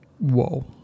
Whoa